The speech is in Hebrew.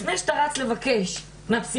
לפני שאתה רץ לבקש מהפסיכולוגית,